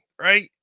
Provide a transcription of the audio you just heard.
right